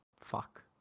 fuck